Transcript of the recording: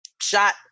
shot